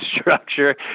structure